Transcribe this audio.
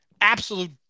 Absolute